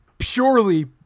purely